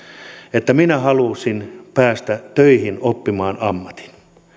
että minä halusin päästä töihin oppimaan ammatin